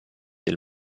del